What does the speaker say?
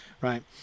right